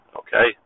okay